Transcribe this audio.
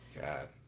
God